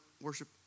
Worship